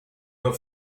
her